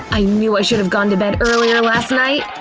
i knew i should have gone to bed earlier last night.